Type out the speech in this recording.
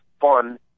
fun